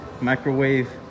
microwave